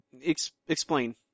Explain